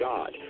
God